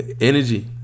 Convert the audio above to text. Energy